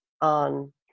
on